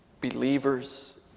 Believers